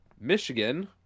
Michigan